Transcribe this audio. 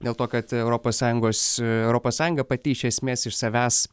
dėl to kad europos sąjungos europos sąjunga pati iš esmės iš savęs